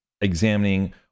examining